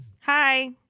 Hi